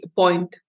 point